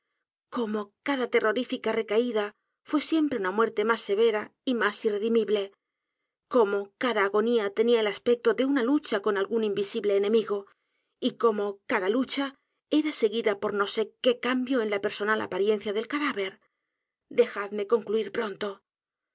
cómo cada terrorífica recaída fué siempre una muerte más severa y más irredimible cómo cada agonía tenía el aspecto de una lucha con algún invisible enemigo y cómo cada lucha era seguida por no sé qué cambio en la personal apariencia del cadáver dejadme concluir pronto